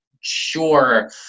sure